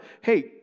hey